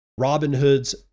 Robinhood's